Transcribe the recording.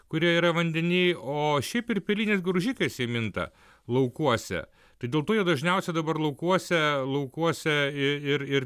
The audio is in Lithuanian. kurie yra vandeny o šiaip ir peliniais graužikais jie minta laukuose tai dėl to jie dažniausiai dabar laukuose laukuose ir ir